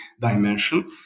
dimension